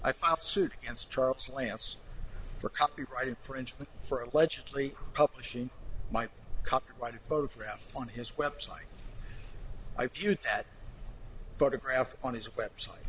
i filed suit against charles lance for copyright infringement for allegedly publishing my copyrighted photograph on his website i viewed that photograph on his web site